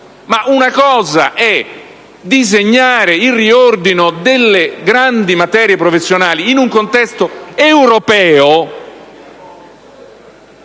Ma un fatto è disegnare il riordino delle grandi materie professionali in un contesto europeo